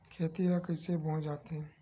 खेती ला कइसे बोय जाथे?